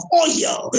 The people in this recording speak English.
oil